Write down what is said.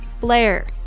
Blair